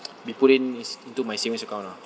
be put in is~ into my savings account ah